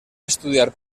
estudiar